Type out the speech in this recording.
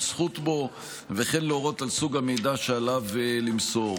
זכות בו וכן להורות על סוג המידע שעליו למסור.